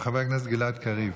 חבר הכנסת גלעד קריב.